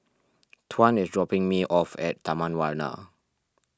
Tuan is dropping me off at Taman Warna